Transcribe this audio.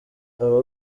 aba